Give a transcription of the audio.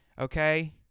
okay